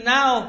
now